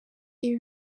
ibi